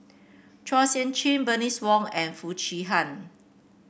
Chua Sian Chin Bernice Wong and Foo Chee Han